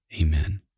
Amen